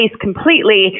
completely